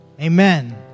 Amen